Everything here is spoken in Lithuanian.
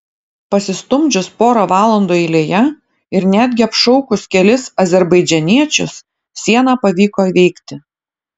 pasistumdžius porą valandų eilėje ir netgi apšaukus kelis azerbaidžaniečius sieną pavyko įveikti